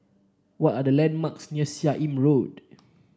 what are the landmarks near Seah Im Road